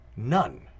none